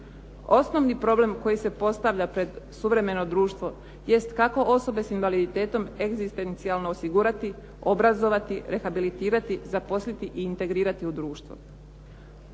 Osnovni problem koji se postavlja pred suvremeno društvo jest kako osobe s invaliditetom egzistencijalno osigurati, obrazovati, rehabilitirati, zaposliti i integrirati u društvo?